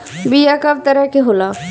बीया कव तरह क होला?